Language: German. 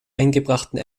eingebrachten